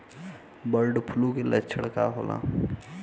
Bird flu के लक्षण का होला?